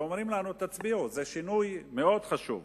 אומרים לנו: תצביעו, זה שינוי מאוד חשוב.